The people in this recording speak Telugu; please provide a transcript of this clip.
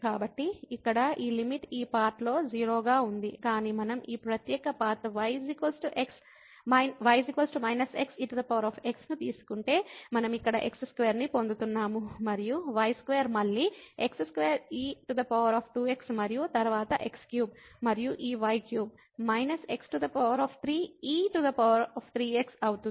కాబట్టి ఇక్కడ ఈ లిమిట్ ఈ పాత్ లో 0 గా ఉంది కాని మనం ఈ ప్రత్యేక పాత్ y x ex ను తీసుకుంటే మనం ఇక్కడ x2 ను పొందుతున్నాము మరియు y2 మళ్ళీ x2e2x మరియు తరువాత x3 మరియు ఈ y3 x3e3x అవుతుంది